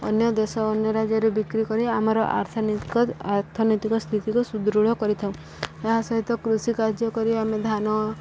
ଅନ୍ୟ ଦେଶ ଅନ୍ୟ ରାଜ୍ୟରେ ବିକ୍ରି କରି ଆମର ଆର୍ଥନୀତି ଆର୍ଥନୈତିକ ସ୍ଥିତିକୁ ସୁଦୃଢ଼ କରିଥାଉ ଏହା ସହିତ କୃଷି କାର୍ଯ୍ୟ କରି ଆମେ ଧାନ